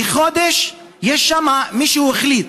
זה כחודש מישהו החליט,